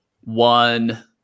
one